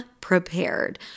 prepared